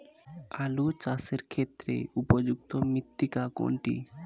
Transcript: আলু চাষের ক্ষেত্রে উপযুক্ত মৃত্তিকা কোনটি?